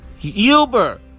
Uber